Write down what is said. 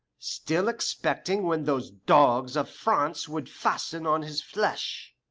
still expecting when those dogs of france would fasten on his flesh.